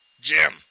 Jim